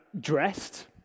dressed